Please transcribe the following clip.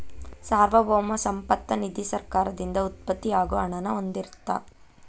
ಸಾರ್ವಭೌಮ ಸಂಪತ್ತ ನಿಧಿ ಸರ್ಕಾರದಿಂದ ಉತ್ಪತ್ತಿ ಆಗೋ ಹಣನ ಹೊಂದಿರತ್ತ